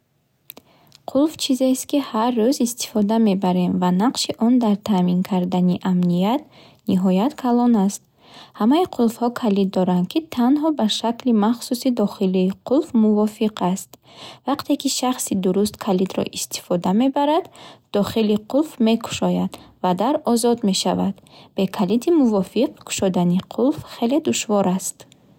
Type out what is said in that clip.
Қулф чизест, ки ҳар рӯз истифода мебарем, ва нақши он дар таъмин кардани амният ниҳоят калон аст. Ҳамаи қулфҳо калид доранд, ки танҳо ба шакли махсуси дохилии қулф мувофиқ аст. Вақте ки шахси дуруст калидро истифода мебарад, дохили қулф мекушояд ва дар озод мешавад. Бе калиди мувофиқ кушодани қулф хеле душвор аст.